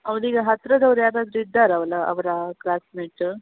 ಹೌದ್ ಈಗ ಹತ್ರದವ್ರು ಯಾರಾದರು ಇದ್ದಾರವ್ಳ ಅವರ ಕ್ಲಾಸ್ಮೇಟ್